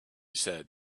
said